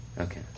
Okay